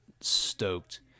stoked